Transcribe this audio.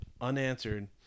unanswered